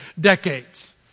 decades